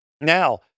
Now